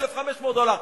1,500 דולר,